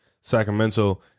Sacramento